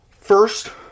First